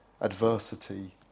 adversity